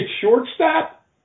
shortstop